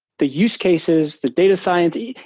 the use cases that data science,